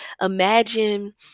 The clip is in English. Imagine